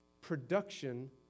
production